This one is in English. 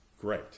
great